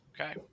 Okay